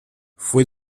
fue